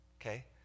Okay